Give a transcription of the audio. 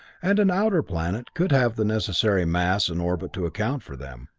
and an outer planet could have the necessary mass and orbit to account for them.